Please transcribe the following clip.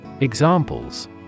Examples